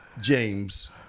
James